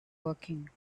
woking